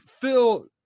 Phil